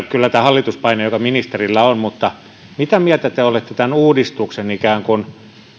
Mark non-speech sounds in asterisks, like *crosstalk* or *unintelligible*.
*unintelligible* kyllä tämän hallituspaineen joka ministerillä on mutta mitä mieltä te olette tämän uudistuksen ikään kuin